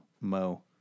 Mo